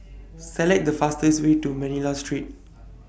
Select The fastest Way to Manila Street